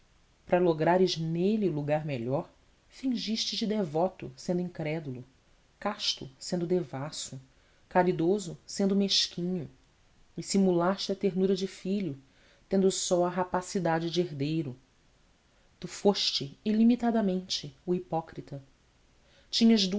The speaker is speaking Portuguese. lograres nele o lugar melhor fingiste te devoto sendo incrédulo casto sendo devasso caridoso sendo mesquinho e simulaste a ternura de filho tendo só a rapacidade de herdeiro tu foste ilimitadamente o hipócrita tinhas